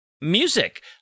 music